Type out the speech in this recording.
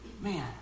man